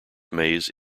maze